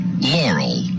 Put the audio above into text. Laurel